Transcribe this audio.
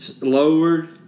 lowered